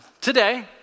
Today